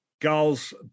Goals